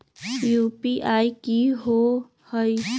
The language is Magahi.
यू.पी.आई कि होअ हई?